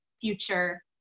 future